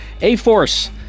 A-Force